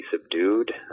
subdued